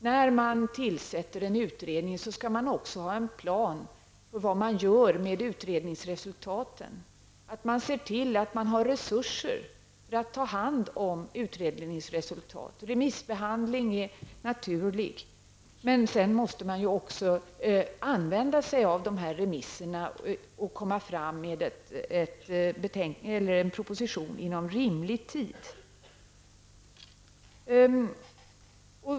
När man tillsätter en utredning skall man också ha en plan för vad man gör med utredningsresultaten, att man ser till att man har resurser för att ta hand om utredningens resultat. Remissbehandling är naturlig, men sedan måste man också använda sig av remisserna och komma fram med en proposition inom rimlig tid.